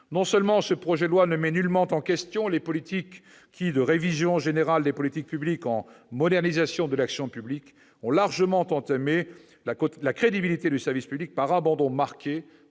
Non seulement ce projet de loi ne remet nullement en question les politiques qui, de révision générale des politiques publiques en modernisation de l'action publique, ont largement entamé la crédibilité du service public par l'abandon marqué